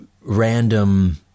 random